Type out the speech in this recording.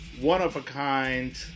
one-of-a-kind